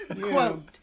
quote